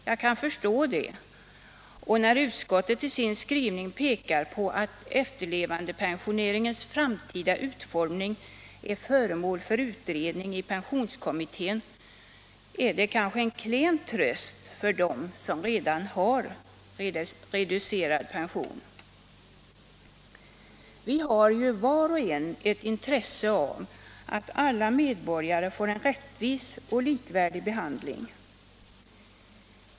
Jag kan förstå det, och när utskottet i sin skrivning pekar på att efterlevandepensioneringens framtida utformning är föremål för utredning i pensionskommittén, är det kanske en klen tröst för dem som nu har reducerad pension. Jag tycker att vi har var och en ett intresse av att alla medborgare får en rättvis och likvärdig behandling.